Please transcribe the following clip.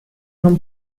non